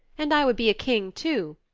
and i would be a king, too,